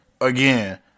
again